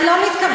אני לא מתכוונת,